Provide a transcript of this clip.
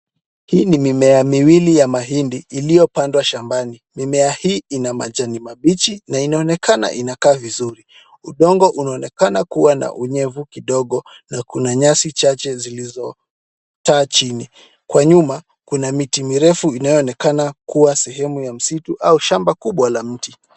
Hii ni mimea miwili ya mahindi iliyopandwa shambani. Mimea hii ina majani mabichi na inaonekana inakaa vizuri. Udongo unaonekana kuwa na unyevu kidogo na kuna nyasi chache zilizokaa chini, kwa nyuma kuna miti mirefu inayoonekana kuwa sehemu ya msitu au shamba kubwa la mti.